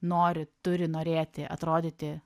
nori turi norėti atrodyti